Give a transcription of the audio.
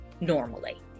normally